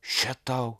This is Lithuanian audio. še tau